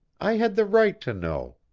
i had the right to know.